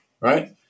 right